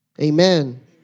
Amen